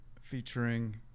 featuring